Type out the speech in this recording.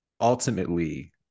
ultimately